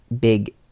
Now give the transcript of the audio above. big